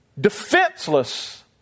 defenseless